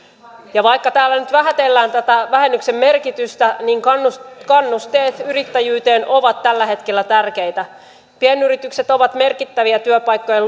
ja vaikka täällä nyt vähätellään tätä vähennyksen merkitystä kannusteet kannusteet yrittäjyyteen ovat tällä hetkellä tärkeitä pienyritykset ovat merkittäviä työpaikkojen